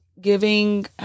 giving